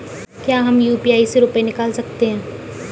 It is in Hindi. क्या हम यू.पी.आई से रुपये निकाल सकते हैं?